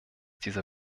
dieser